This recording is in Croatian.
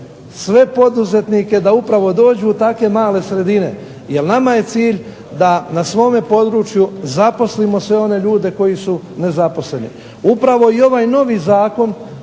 sve poduzetnike da upravo dođu u takve male sredine, jer nama je cilj da na svome području zaposlimo sve one ljude koji su nezaposleni. Upravo i ovaj novi Zakon